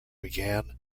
began